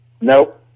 nope